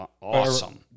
awesome